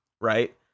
right